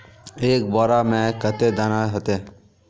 एक बोड़ा में कते दाना ऐते?